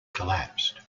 collapsed